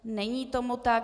Není tomu tak.